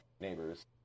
neighbors